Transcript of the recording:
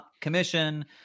commission